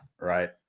right